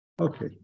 Okay